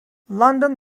london